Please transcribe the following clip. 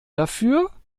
dafür